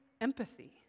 empathy